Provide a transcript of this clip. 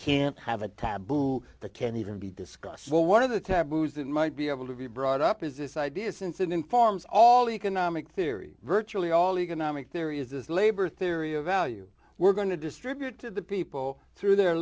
can't have a taboo that can even be discussed well one of the taboos that might be able to be brought up is this idea since it informs all economic theory virtually all economic there is this labor theory of value we're going to distribute to the people through their